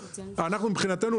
מבחינתנו,